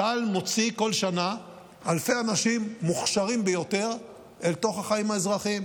צה"ל מוציא כל שנה אלפי אנשים מוכשרים ביותר אל תוך החיים האזרחיים,